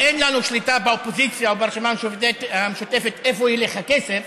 אין לנו שליטה באופוזיציה או ברשימה המשותפת לאיפה ילך הכסף